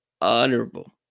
honorable